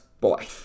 boy